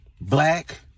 black